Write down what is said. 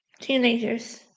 teenagers